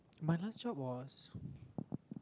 my last job was